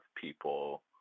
people